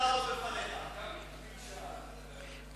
להפסיק את הדיבור של סגן השר.